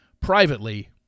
privately